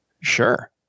sure